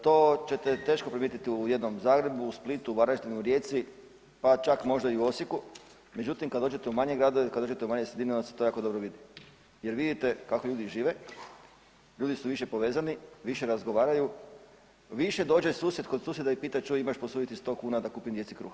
To ćete teško primijetiti u jednom Zagrebu, Splitu, Varaždinu, Rijeci, pa čak možda i u Osijeku, međutim, kad dođete u manje gradove, kad dođete u manje sredine, onda se to jako dobro vidi jer vidite kako ljudi žive, ljudi su više povezani, više razgovaraju, više dođe susjed kod susjeda i pita čuj, imaš posuditi 100 kuna da kupim djeci kruh.